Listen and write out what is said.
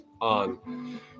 on